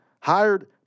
hired